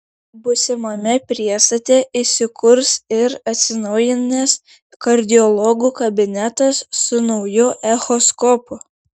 būsimame priestate įsikurs ir atsinaujinęs kardiologų kabinetas su nauju echoskopu